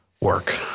work